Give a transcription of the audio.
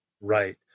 Right